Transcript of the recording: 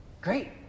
great